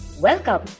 Welcome